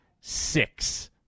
six